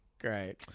great